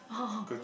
oh